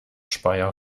speyer